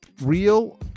real